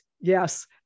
Yes